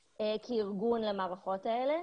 וכארגון אין לנו גישה למערכות כאלה.